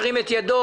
ירים את ידו.